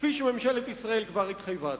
כפי שממשלת ישראל כבר התחייבה.